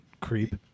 creep